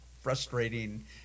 frustrating